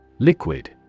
Liquid